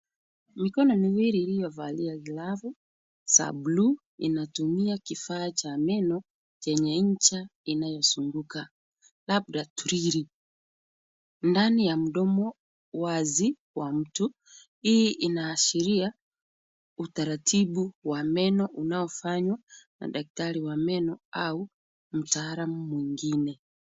Mikono miwili iliyovalia glavu za bluu inatumia kifaa cha meno chenye ncha inayozunguka labda drili . Ndani ya mdomo wazi wa mtu, hii inaashiria utaratibu wa meno unaofanywa na daktari wa meno au mtaalam mwingine.